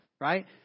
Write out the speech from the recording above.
right